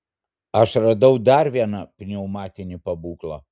aš radau dar vieną pneumatinį pabūklą